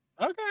okay